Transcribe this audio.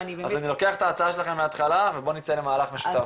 אז אני לוקח את ההצעה שלכם מההתחלה ובואו נצא למהלך משותף